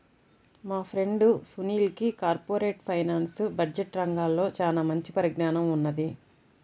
మా ఫ్రెండు సునీల్కి corporate finance, budget రంగాల్లో చానా మంచి పరిజ్ఞానం ఉన్నది